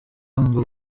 ngo